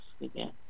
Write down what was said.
again